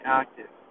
active